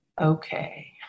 okay